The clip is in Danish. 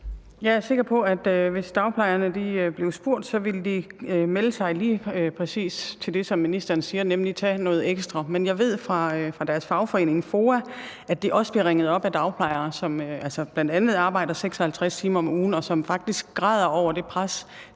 Jeg er sikker på, at hvis dagplejerne blev spurgt, ville de melde sig lige præcis til det, som ministeren siger, nemlig tage noget ekstra. Men jeg ved fra deres fagforening, FOA, at de også bliver ringet op af dagplejere, som bl.a. arbejder 56 timer om ugen, og som faktisk græder over det pres,